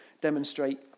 demonstrate